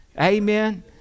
Amen